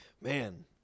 Man